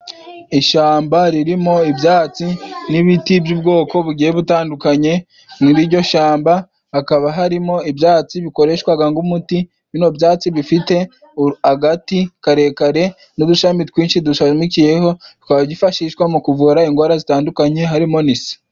Ishamba ririmo ibyatsi n'ibiti by'ubwoko bugiye butandukanye. Muri iryo shamba hakaba harimo ibyatsi bikoreshwaga ng'umuti, bino byatsi bifite agati karekare n'udushami twinshi dushamikiyeho twafashishwa mu kuvura indwara zitandukanye, harimo n'Ise.